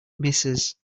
misses